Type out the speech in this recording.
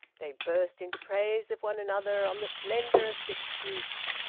they burst into praise of one another on the slenderest excuse.